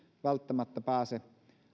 välttämättä pääse